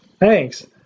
thanks